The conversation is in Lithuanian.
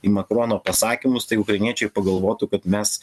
į makrono pasakymus tai ukrainiečiai pagalvotų kad mes